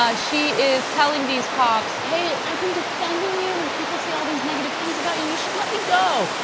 ah she is telling these cops hey, i have been defending you when people say all these negative things about you, you should let me go.